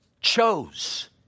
chose